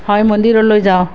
হয় মন্দিৰলৈ যাওঁ